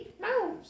No